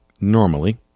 Normally